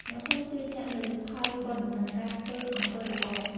អ្នកភូមិជឿជាក់លើផលបុណ្យ និងការធ្វើអំពើល្អ។